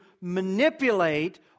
manipulate